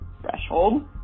threshold